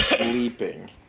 Leaping